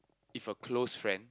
if a close friend